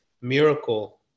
miracle